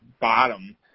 bottom